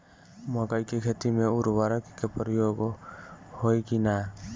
मकई के खेती में उर्वरक के प्रयोग होई की ना?